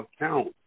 account